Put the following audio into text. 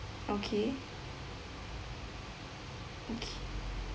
okay okay